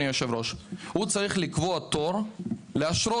הוא צריך לקבוע תור לאשרות,